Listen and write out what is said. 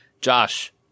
Josh